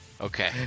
okay